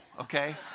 okay